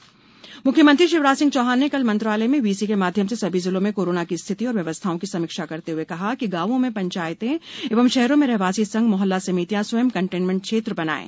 Shivraj corona मुख्यमंत्री शिवराज सिंह चौहान ने कल मंत्रालय में वीसी के माध्यम से सभी जिलों में कोरोना की स्थिति एवं व्यवस्थाओं की समीक्षा करते हुए कहा कि गांवों में पंचायतें एवं शहरों में रहवासी संघ मोहल्ला समितियां स्वयं कन्टेनमेंट क्षेत्र बनाएं